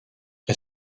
est